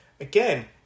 again